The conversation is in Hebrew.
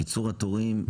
קיצור התורים,